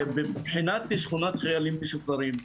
מבחינת שכונת חיילים משוחררים,